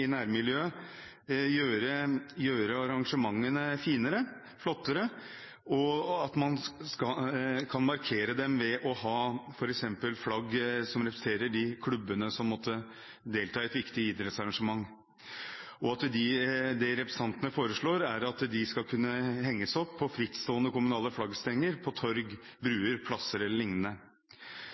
i nærmiljøet og gjøre arrangementene finere og flottere om man kunne markere dem ved å ha f.eks. flagg som representerer de klubbene som måtte delta i et viktig idrettsarrangement. Det representantene foreslår, er at flagg skal kunne henges opp på frittstående kommunale flaggstenger på torg, broer, plasser